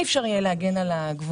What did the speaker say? אי אפשר יהיה להגן על הגבולות,